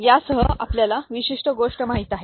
यासह आपल्याला विशिष्ट गोष्ट माहित आहे